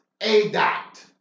A-dot